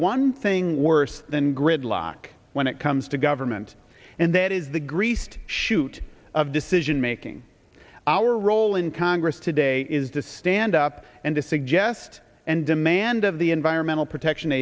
one thing worse than gridlock when it comes to government and that is the greased chute of decision making our role in congress today is to stand up and to suggest and demand of the environmental protection